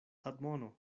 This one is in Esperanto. admono